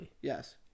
Yes